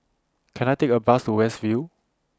Can I Take A Bus to West View